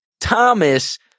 Thomas